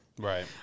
Right